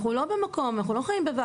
אנחנו לא במקום, אנחנו לא חיים בוואקום.